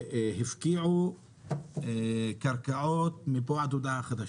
הפקיעו קרקעות מפה ועד הודעה חדשה.